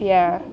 ya